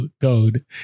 code